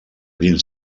dins